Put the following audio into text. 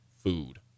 food